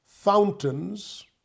fountains